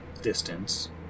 distance